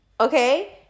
Okay